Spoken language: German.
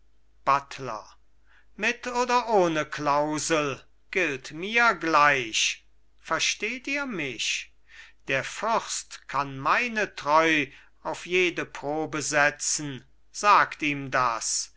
buttler mit oder ohne klausel gilt mir gleich versteht ihr mich der fürst kann meine treu auf jede probe setzen sagt ihm das